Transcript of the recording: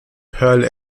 pearl